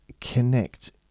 connect